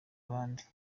abandi